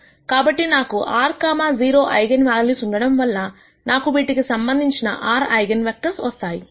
కాబట్టి నాకు r 0 eigenvalues ఉండడంవల్ల నాకు వీటికి సంబంధించిన r ఐగన్ వెక్టర్స్ వస్తాయి